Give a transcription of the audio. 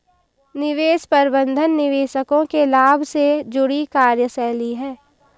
निवेश प्रबंधन निवेशकों के लाभ से जुड़ी कार्यशैली है